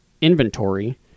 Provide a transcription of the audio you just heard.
inventory